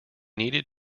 needed